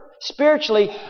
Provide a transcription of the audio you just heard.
Spiritually